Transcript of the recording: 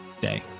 day